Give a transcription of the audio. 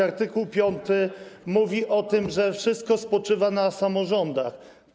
Art. 5 mówi o tym, że wszystko spoczywa na samorządach.